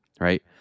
right